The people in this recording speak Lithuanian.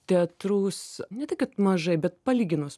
teatrus ne tai kad mažai bet palyginus